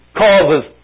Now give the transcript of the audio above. causes